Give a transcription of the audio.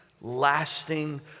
lasting